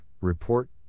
report